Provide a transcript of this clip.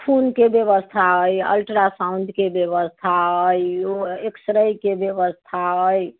खूनके व्यवस्था अछि अल्ट्रासाउण्डके व्यवस्था अछि ओ एक्स रे के व्यवस्था अछि